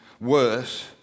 worse